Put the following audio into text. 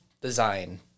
design